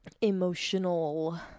Emotional